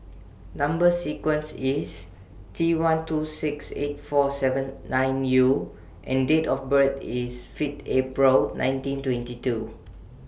Number sequence IS T one two six eight four seven nine U and Date of birth IS Fifth April nineteen twenty two